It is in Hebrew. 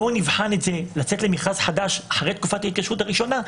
בוא נבחן את זה לצאת למכרז חדש אחרי תקופת ההתקשרות הראשונה,